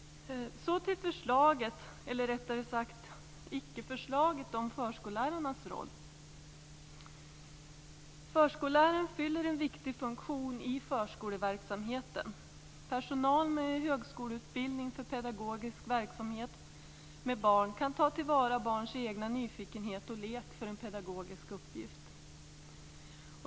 Så till förslaget, eller rättare sagt icke-förslaget, om förskollärarnas roll. Förskolläraren fyller en viktig funktion i förskoleverksamheten. Personal med högskoleutbildning för pedagogisk verksamhet med barn kan ta till vara barns egna nyfikenhet och lek för en pedagogisk uppgift.